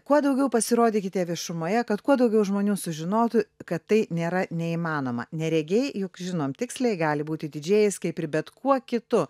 kuo daugiau pasirodykite viešumoje kad kuo daugiau žmonių sužinotų kad tai nėra neįmanoma neregiai juk žinom tiksliai gali būti didžėjais kaip ir bet kuo kitu